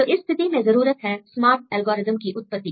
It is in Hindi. तो इस स्थिति में जरूरत है स्मार्ट एल्गोरिदम की उत्पत्ति